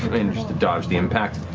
to dodge the impact.